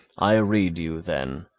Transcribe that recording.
i rede you then,